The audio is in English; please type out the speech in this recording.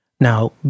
Now